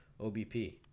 OBP